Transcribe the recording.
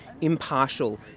impartial